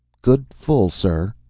good full, sir,